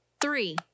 three